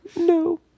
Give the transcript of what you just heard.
No